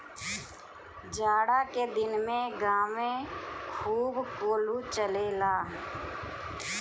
जाड़ा के दिन में गांवे खूब कोल्हू चलेला